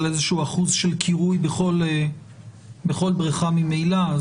איזה שהוא אחוז קירוי בכל בריכה ממילא.